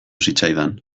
zitzaidan